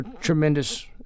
tremendous